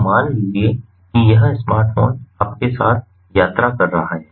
तो मान लीजिए कि यह स्मार्टफ़ोन आपके साथ यात्रा कर रहा है